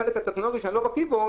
בחלק הטכנולוגי שאני לא בקיא בו,